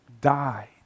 died